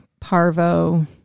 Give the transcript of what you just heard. parvo